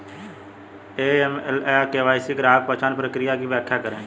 AML या KYC में ग्राहक पहचान प्रक्रिया की व्याख्या करें?